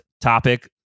topic